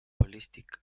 ballistic